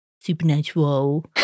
supernatural